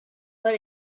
but